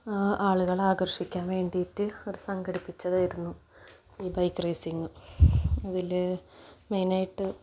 ആളുകളെ ആകർഷിക്കാൻ വേണ്ടിയിട്ട് അവര് സംഘടിപ്പിച്ചതായിരുന്നു ഈ ബൈക്ക് റേസിങ് അതില് മെയിനായിട്ട്